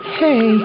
hey